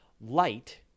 light